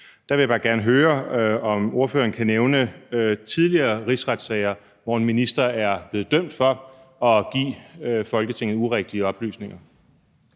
Der vil jeg bare gerne høre, om ordføreren kan nævne tidligere rigsretssager, hvor en minister er blevet dømt for at give Folketinget urigtige oplysninger.